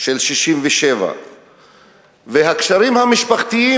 של 1967. והקשרים המשפחתיים,